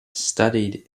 studied